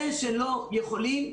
אלה שלא יכולים,